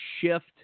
shift